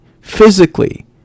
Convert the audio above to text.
physically